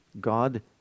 God